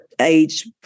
age